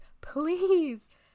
Please